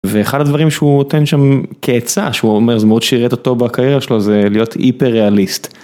ואחד הדברים שהוא נותן שם כעצה, שהוא אומר זה, מאוד שירת אותו בקריירה שלו, זה להיות היפר־ריאליסט.